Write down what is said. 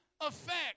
effect